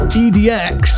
edx